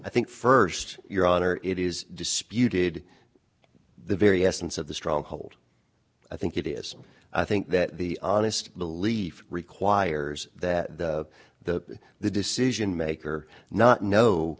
i think first your honor it is disputed the very essence of the stronghold i think it is i think that the honest belief requires that the the decision maker not know